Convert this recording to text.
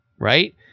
right